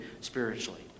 spiritually